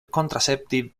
contraceptive